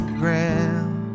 ground